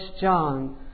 John